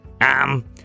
Um